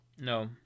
No